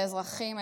האזרחים,